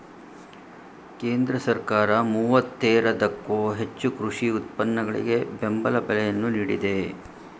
ಕೇಂದ್ರ ಸರ್ಕಾರ ಮೂವತ್ತೇರದಕ್ಕೋ ಹೆಚ್ಚು ಕೃಷಿ ಉತ್ಪನ್ನಗಳಿಗೆ ಬೆಂಬಲ ಬೆಲೆಯನ್ನು ನೀಡಿದೆ